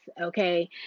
Okay